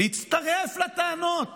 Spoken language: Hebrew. להצטרף לטענות